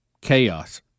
chaos